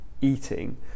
eating